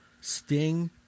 Sting